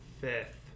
fifth